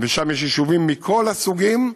ושם יש יישובים מכל הסוגים.